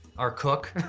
our cook.